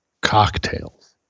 cocktails